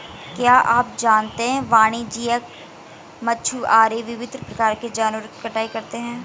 क्या आप जानते है वाणिज्यिक मछुआरे विभिन्न प्रकार के जानवरों की कटाई करते हैं?